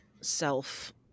self